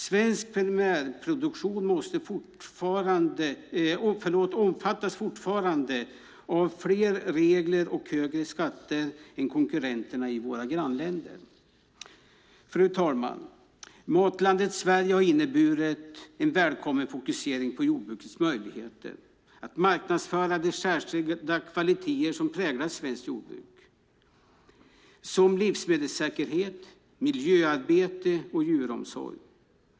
Svensk primärproduktion omfattas fortfarande av fler regler och högre skatter än konkurrenternas i våra grannländer. Fru talman! Matlandet Sverige har inneburit en välkommen fokusering på jordbrukets möjligheter att marknadsföra de särskilda kvaliteter som präglar svenskt jordbruk, som livsmedelssäkerhet, miljöarbete och djuromsorg.